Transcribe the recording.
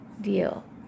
deal